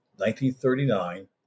1939